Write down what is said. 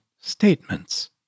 statements